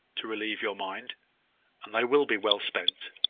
to relieve your mind and they will be well spent.